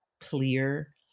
clear